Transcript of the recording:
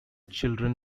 children